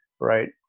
Right